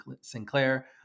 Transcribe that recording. Sinclair